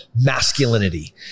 masculinity